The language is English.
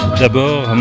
d'abord